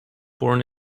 born